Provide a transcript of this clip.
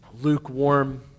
lukewarm